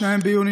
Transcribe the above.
2 ביוני,